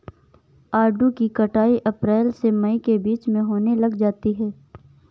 आड़ू की कटाई अप्रैल से मई के बीच होने लग जाती है